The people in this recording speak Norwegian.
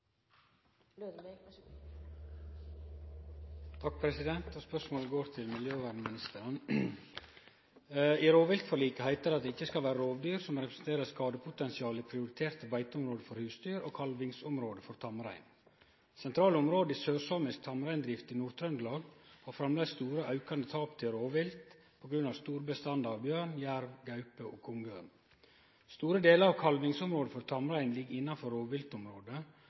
beiteområder for husdyr og kalvingsområde for tamrein». Sentrale område for sørsamisk tamreindrift i Nord-Trøndelag har framleis stort og aukande tap til rovvilt på grunn av store bestandar av bjørn, jerv, gaupe og kongeørn. Store delar av kalvingsområda for tamrein ligg innanfor